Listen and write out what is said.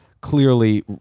clearly